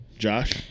Josh